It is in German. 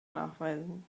nachweisen